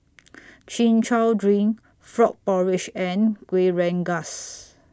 Chin Chow Drink Frog Porridge and Kueh Rengas